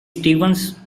stevens